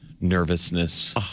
nervousness